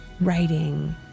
writing